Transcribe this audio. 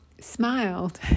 smiled